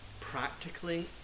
practically